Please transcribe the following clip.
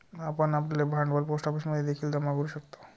आपण आपले भांडवल पोस्ट ऑफिसमध्ये देखील जमा करू शकता